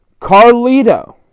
Carlito